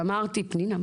ואמרתי 'פנינה,